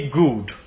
good